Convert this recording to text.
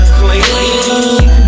clean